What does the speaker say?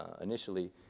initially